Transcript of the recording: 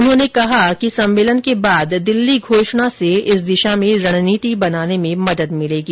उन्होंने कहा कि सम्मेलन के बाद दिल्ली घोषणा से इस दिशा में रणनीति बनाने में मदद मिलेगी